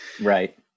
Right